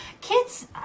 kids